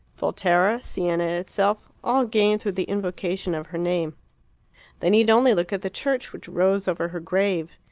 volterra, siena itself all gained through the invocation of her name they need only look at the church which rose over her grave.